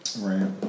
Right